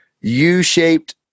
u-shaped